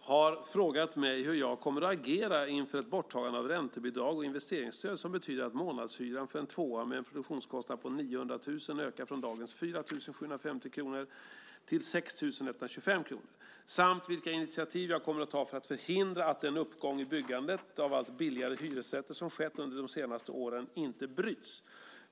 har frågat mig hur jag kommer att agera inför ett borttagande av räntebidrag och investeringsstöd som betyder att månadshyran för en tvåa med en produktionskostnad på 900 000 kr ökar från dagens 4 750 kr till 6 125 kr, samt vilka initiativ jag kommer att ta för att förhindra att den uppgång i byggandet av allt billigare hyresrätter som skett under de senaste åren bryts.